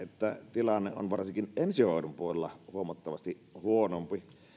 tilanne on varsinkin ensihoidon puolella huomattavasti huonompi